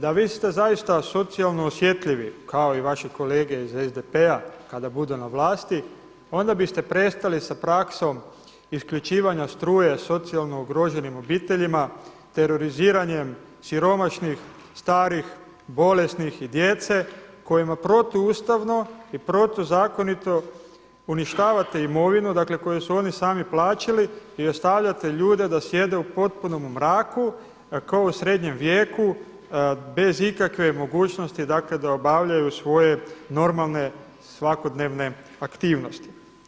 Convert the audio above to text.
Da ste vi zaista socijalno osjetljivi kao i vaše kolege iz SDP-a kada budu na vlasti onda biste prestali sa praksom isključivanja struje socijalno ugroženim obiteljima, teroriziranjem siromašnih, starih, bolesnih i djece kojima protuustavno i protuzakonito uništavate imovinu koju su oni sami plaćali i ostavljate ljude da sjede u potpunom mraku kao u srednjem vijeku bez ikakve mogućnosti da obavljaju svoje normalne svakodnevne aktivnosti.